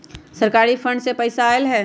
सरकारी फंड से पईसा आयल ह?